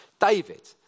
David